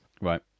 right